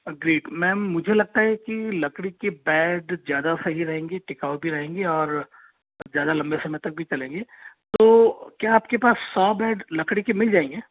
agreed ma'am मुझे लगता है कि लकड़ी के बैड ज़्यादा सही रहेंगे टिकाऊ भी रहेंगे और ज़्यादा लम्बे समय तक भी चलेंगे तो क्या आप के पास सौ बैड लकड़ी के मिल जाएंगे